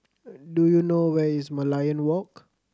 do you know where is Merlion Walk